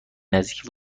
نزدیکی